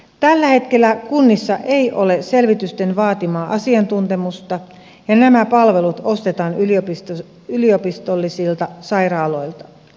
tällä hetkellä kunnissa ei ole selvitysten vaatimaa asiantuntemusta ja nämä palvelut ostetaan yliopistollisilta sairaaloilta